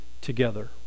Together